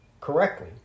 correctly